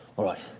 all right,